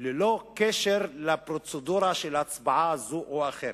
ללא קשר לפרוצדורה של הצבעה זו או אחרת,